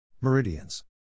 Meridians